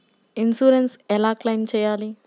Insurance ఎలా claim చేయాలి?